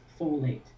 folate